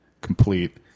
complete